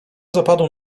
zapadło